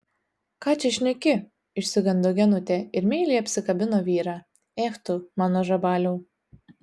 ką čia šneki išsigando genutė ir meiliai apsikabino vyrą ech tu mano žabaliau